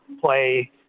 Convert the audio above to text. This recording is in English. play